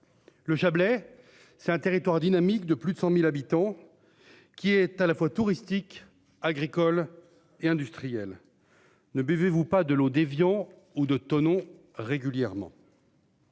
Le Chablais. C'est un territoire dynamique de plus de 100.000 habitants. Qui est à la fois touristiques, agricoles et industriels. Ne buvez-vous pas de l'eau d'Évian ou de Thonon régulièrement.